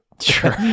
sure